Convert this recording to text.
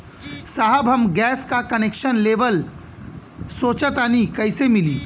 साहब हम गैस का कनेक्सन लेवल सोंचतानी कइसे मिली?